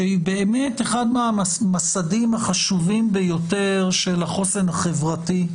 שהיא באמת אחת מהמסדים החשובים ביותר של החוסן החברתי,